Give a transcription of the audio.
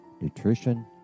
nutrition